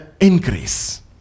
increase